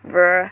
bruh